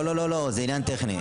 לא, לא, לא, זה עניין טכני.